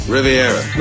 Riviera